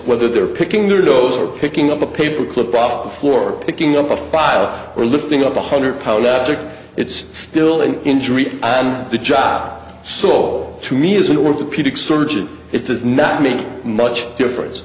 whether they're picking their nose or picking up a paper clip off the floor picking up a file or lifting up a hundred poetic it's still an injury on the job soul to me as an orthopedic surgeon it does not make much difference